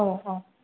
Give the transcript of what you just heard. औ औ